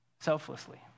selflessly